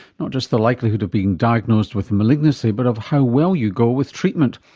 not just the likelihood of being diagnosed with a malignancy but of how well you go with treatment.